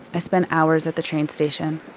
i spend hours at the train station.